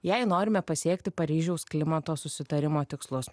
jei norime pasiekti paryžiaus klimato susitarimo tikslus